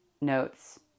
notes